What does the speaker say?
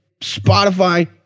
Spotify